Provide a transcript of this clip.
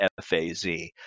FAZ